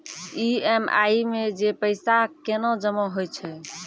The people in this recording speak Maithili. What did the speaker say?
ई.एम.आई मे जे पैसा केना जमा होय छै?